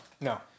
No